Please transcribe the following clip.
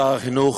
שר החינוך,